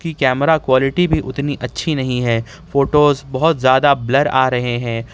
کی camera quality بھی اتنی اچھی نہیں ہے فوٹوز بہت زیادہ بلر آ رہے ہیں